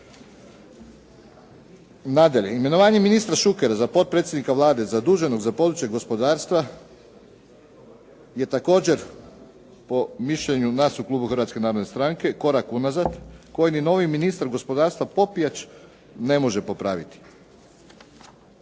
Nadalje, imenovanje ministra Šukera za potpredsjednika Vlade zaduženog za područje gospodarstva je također po mišljenju nas u klubu Hrvatske narodne stranke korak unazad koji ni novi ministar gospodarstva Popijač ne može popraviti.